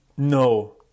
No